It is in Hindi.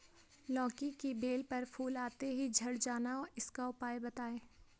लौकी की बेल पर फूल आते ही झड़ जाना इसका उपाय बताएं?